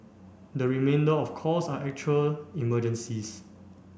the remainder of calls are actual emergencies